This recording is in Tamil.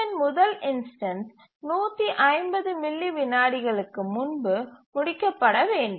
T2 இன் முதல் இன்ஸ்டன்ஸ் 150 மில்லி விநாடிகளுக்கு முன்பு முடிக்கப்பட வேண்டும்